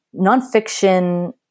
nonfiction